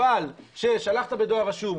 אבל כששלחת בדואר רשום,